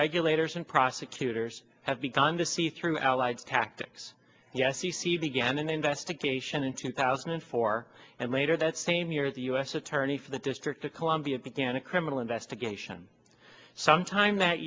regulators and prosecutors have begun to see through allied tactics yes you see began an investigation in two thousand and four and later that same year the u s attorney for the district of columbia began a criminal investigation sometime that